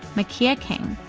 makea ah king,